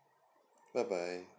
bye bye